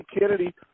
Kennedy